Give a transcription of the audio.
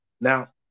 now